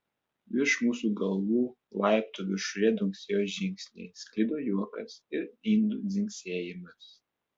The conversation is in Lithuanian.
virš mūsų galvų laiptų viršuje dunksėjo žingsniai sklido juokas ir indų dzingsėjimas